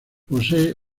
posee